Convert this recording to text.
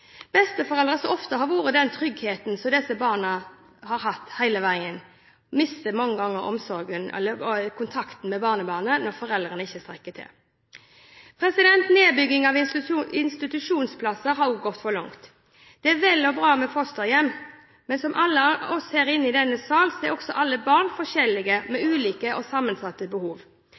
Besteforeldre, som ofte har vært den tryggheten som disse barna har hatt hele veien, mister mange ganger kontakten med barnebarnet når foreldrene ikke strekker til. Nedbyggingen av institusjonsplasser har gått for langt. Det er vel og bra med fosterhjem, men som alle oss her i denne sal er også alle barn forskjellige med ulike og sammensatte behov.